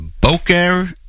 Boker